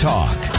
Talk